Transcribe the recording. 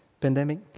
pandemic